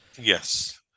Yes